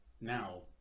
now